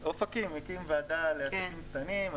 אופקים הקימה ועדה לעסקים קטנים,